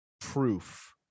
proof